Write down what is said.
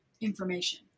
information